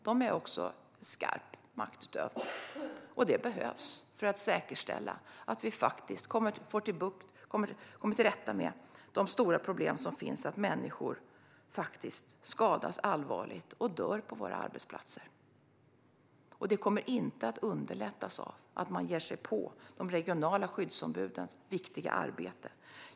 De är också skarpa maktutövare, och det behövs för att säkerställa att vi kommer till rätta med de stora problemen med att människor faktiskt skadas allvarligt och dör på våra arbetsplatser. Detta kommer inte att underlättas av att man ger sig på de regionala skyddsombudens viktiga arbete.